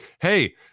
hey